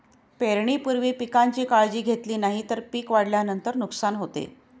पेरणीपूर्वी पिकांची काळजी घेतली नाही तर पिक वाढल्यानंतर नुकसान होते